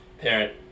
parent